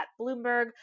Bloomberg